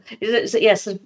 yes